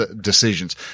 decisions